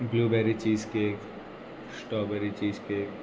blueberry cheese cake strawberry cheese cake